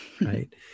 Right